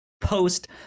Post